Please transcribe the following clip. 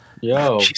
Yo